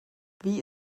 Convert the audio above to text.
wie